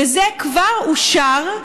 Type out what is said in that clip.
וזה כבר אושר,